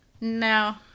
No